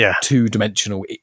two-dimensional